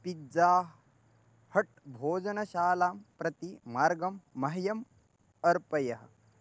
pizza Hut भोजनशालां प्रति मार्गं मह्यम् अर्पय